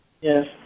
Yes